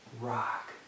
rock